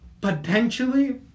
potentially